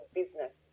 business